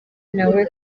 nawe